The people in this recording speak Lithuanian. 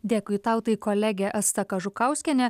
dėkui tau tai kolegė asta kažukauskienė